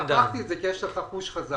אמרתי את זה כי יש לך חוש חזק.